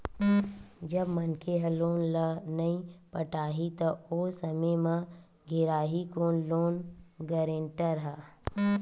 जब मनखे ह लोन ल नइ पटाही त ओ समे म घेराही कोन लोन गारेंटर ह